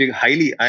highly